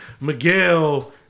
Miguel